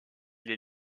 les